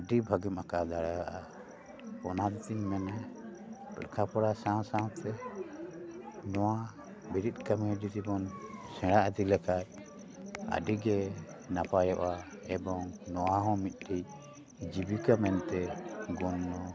ᱟᱹᱰᱤ ᱵᱷᱟᱹᱜᱤᱢ ᱟᱸᱠᱟᱣ ᱫᱟᱲᱮᱭᱟᱜᱼᱟ ᱚᱱᱟ ᱛᱤᱧ ᱢᱮᱱᱟ ᱞᱮᱠᱷᱟ ᱯᱚᱲᱟ ᱥᱟᱶ ᱥᱟᱶᱛᱮ ᱱᱚᱣᱟ ᱵᱤᱨᱤᱫ ᱠᱟᱹᱢᱤ ᱡᱩᱫᱤ ᱵᱚᱱ ᱥᱮᱬᱟ ᱤᱫᱤ ᱞᱮᱠᱷᱟᱱ ᱟᱹᱰᱤ ᱜᱮ ᱱᱟᱯᱟᱭᱚᱜᱼᱟ ᱮᱵᱚᱝ ᱱᱚᱣᱟ ᱦᱚᱸ ᱢᱤᱫᱴᱤᱱ ᱡᱤᱵᱤᱠᱟ ᱢᱮᱱ ᱛᱮ ᱜᱚᱱᱱᱚᱼᱟ